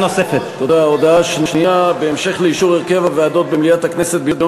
נושאי המשרה ובעלי תפקיד אחרים בשירות הציבורי בצעדים לייצוב